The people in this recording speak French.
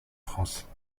france